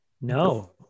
No